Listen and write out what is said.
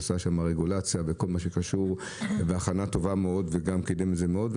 הוא עשה שם רגולציה ובכל מה שקשור בהכנה טובה מאוד וגם קידם את זה מאוד,